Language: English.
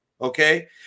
Okay